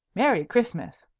merry christmas!